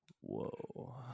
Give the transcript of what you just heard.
whoa